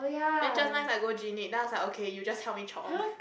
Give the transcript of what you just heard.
and just nice I go Jean-Yip then I was okay you just help me chop off